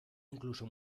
incluso